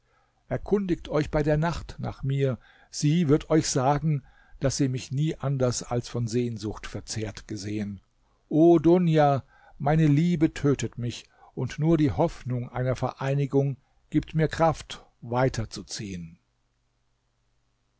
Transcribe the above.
erkundigt euch bei der nacht nach mir sie wird euch sagen daß sie mich nie anders als von sehnsucht verzehrt gesehen o dunia meine liebe tötet mich und nur die hoffnung einer vereinigung gibt mir kraft weiterzuziehen